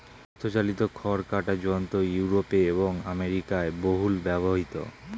হস্তচালিত খড় কাটা যন্ত্র ইউরোপে এবং আমেরিকায় বহুল ব্যবহৃত